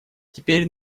теперь